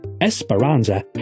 Esperanza